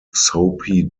soapy